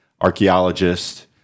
archaeologist